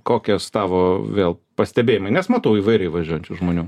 kokias tavo vėl pastebėjimai nes matau įvairiai važiuojančių žmonių